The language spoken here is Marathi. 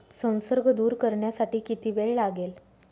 संसर्ग दूर करण्यासाठी किती वेळ लागेल?